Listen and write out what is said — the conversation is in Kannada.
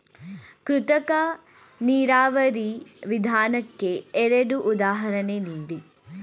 ಕೃತಕ ನೀರಾವರಿ ವಿಧಾನಕ್ಕೆ ಎರಡು ಉದಾಹರಣೆ ನೀಡಿ?